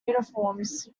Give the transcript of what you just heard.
uniforms